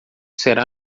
será